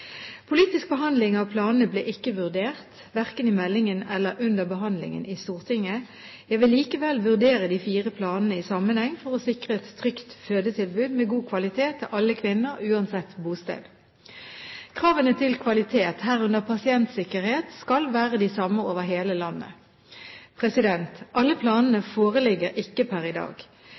Politisk behandling av planene ble ikke vurdert – verken i meldingen eller under behandlingen i Stortinget. Jeg vil likevel vurdere de fire planene i sammenheng for å sikre et trygt fødetilbud med god kvalitet til alle kvinner uansett bosted. Kravene til kvalitet, herunder pasientsikkerhet, skal være de samme over hele landet. Alle planene foreligger ikke per i dag.